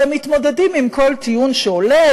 והם מתמודדים עם כל טיעון שעולה,